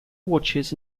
watches